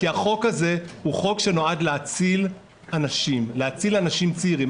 כי החוק הזה נועד להציל אנשים צעירים.